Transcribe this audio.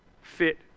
fit